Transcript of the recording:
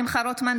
רוטמן,